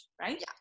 right